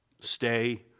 Stay